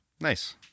Nice